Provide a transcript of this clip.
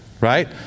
right